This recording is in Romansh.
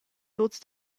tuts